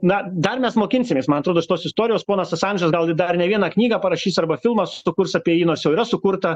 na dar mes mokinsimės man atrodo šitos istorijos ponas asandžas gal dar ne vieną knygą parašys arba filmą sukurs apie jį nors jau yra sukurta